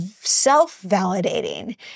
self-validating